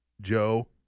Joe